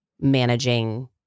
managing